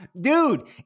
Dude